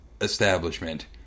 establishment